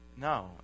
no